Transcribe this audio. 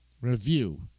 Review